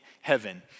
heaven